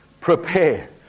Prepare